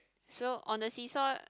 so on the seesaw